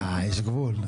לא, יש גבול.